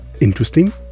Interesting